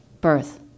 birth